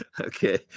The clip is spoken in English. Okay